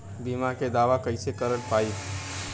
बीमा के दावा कईसे कर पाएम?